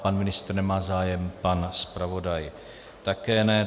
Pan ministr nemá zájem, pan zpravodaj také ne.